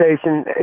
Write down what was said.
station